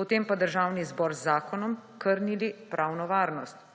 potem pa Državni zbor z zakonom, krnili pravno varnost.